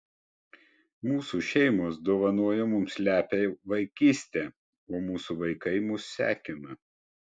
mūsų šeimos dovanojo mums lepią vaikystę o mūsų vaikai mus sekina